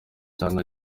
cyane